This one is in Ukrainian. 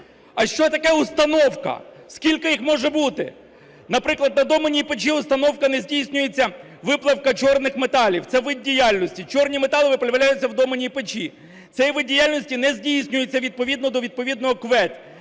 А що таке установка, скільки їх може бути? Наприклад, на доменній печі установка не здійснюється. Виплавка чорних металів – це вид діяльності. Чорні метали виплавляються в доменній печі. Цей вид діяльності не здійснюється відповідно до відповідного КВЕД.